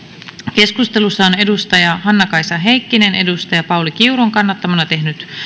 keskustelussa on hannakaisa heikkinen pauli kiurun kannattamana tehnyt